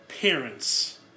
parents